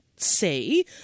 say